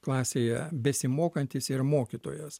klasėje besimokantys ir mokytojas